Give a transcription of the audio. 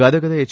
ಗದಗದ H